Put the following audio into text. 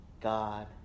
God